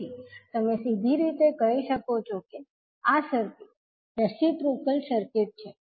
તેથી તમે સીધી રીતે કહી શકો છો કે આ સર્કિટ રેસીપ્રોકલ સર્કિટ છે